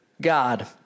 God